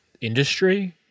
industry